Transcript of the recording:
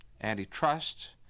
antitrust